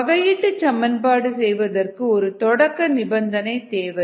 வகையீட்டுச் சமன்பாடு செய்வதற்கு ஒரு தொடக்க நிபந்தனை தேவை